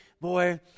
boy